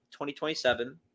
2027